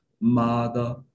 mother